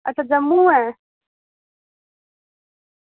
अच्छा जम्मू ऐ